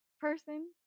person